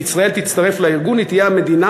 ישראל תצטרף לארגון היא תהיה המדינה